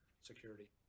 security